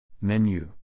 Menu